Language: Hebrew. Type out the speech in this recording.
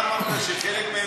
אתה אמרת שחלק מהם,